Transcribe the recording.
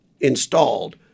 installed